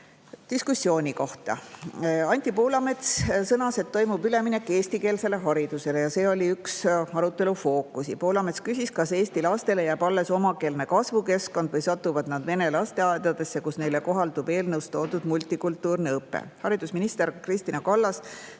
Diskussiooni kohta. Anti Poolamets sõnas, et toimub üleminek eestikeelsele haridusele – see oli üks arutelu fookusi –, ning Poolamets küsis, kas Eesti lastele jääb alles omakeelne kasvukeskkond või satuvad nad vene lasteaedadesse, kus neile kohaldub eelnõus toodud multikultuurne õpe. Haridusminister Kristina Kallas